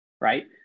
right